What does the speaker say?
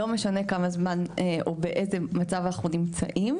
לא משנה כמה זמן או באיזה מצב אנחנו נמצאים,